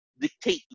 dictate